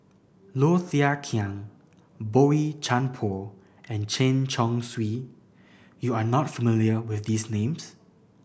Low Thia Khiang Boey Chuan Poh and Chen Chong Swee you are not familiar with these names